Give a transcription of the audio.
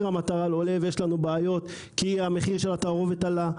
עולה, ויש לנו בעיות כי מחיר התערובת עלה.